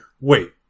wait